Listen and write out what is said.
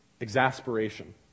Exasperation